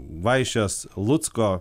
vaišes lucko